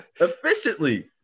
Efficiently